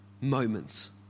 moments